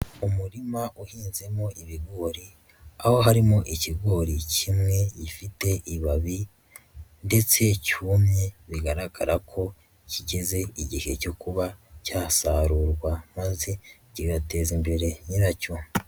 Umurima uhinzemo ibigori aho harimo ikigori kimwe gifite ibabi ndetse cyumye bigaragara ko kigeze igihe cyo kuba cyasarurwa maze kigateza imbere nyiracyo.